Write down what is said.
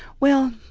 well,